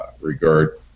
regard